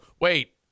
Wait